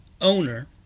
owner